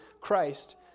christ